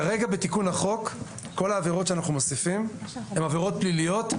כרגע כל העבירות שאנחנו מוסיפים בתיקון החוק הן עבירות פליליות.